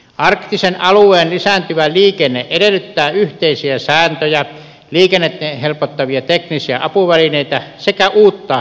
arktisen alueen lisääntyvä liikenne edellyttää yhteisiä sääntöjä liikennettä helpottavia teknisiä apuvälineitä sekä uutta infraa